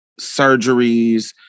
surgeries